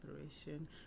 inspiration